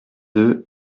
deux